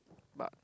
but